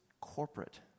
corporate